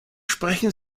sprechen